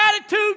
Attitude